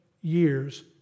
years